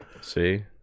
See